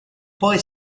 poi